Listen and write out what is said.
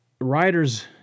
Riders